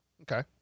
okay